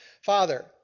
Father